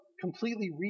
completely